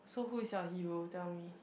so who is your hero tell me